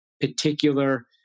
particular